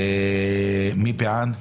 מי בעד,